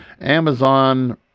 Amazon